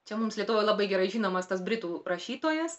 čia mums lietuvoj labai gerai žinomas tas britų rašytojas